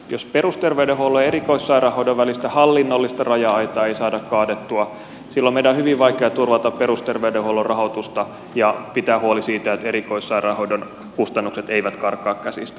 jos perusterveydenhuollon ja erikoissairaanhoidon välistä hallinnollista raja aitaa ei saada kaadettua silloin meidän on hyvin vaikea turvata perusterveydenhuollon rahoitusta ja pitää huolta siitä että erikoissairaanhoidon kustannukset eivät karkaa käsistä